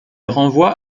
renvoie